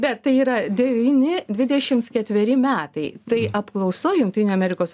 bet tai yra devyni dvidešims ketveri metai tai apklausoj jungtinių amerikos